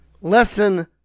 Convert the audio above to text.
Lesson